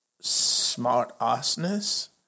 smart-assness